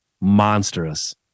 monstrous